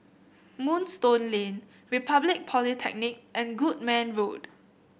Moonstone Lane Republic Polytechnic and Goodman Road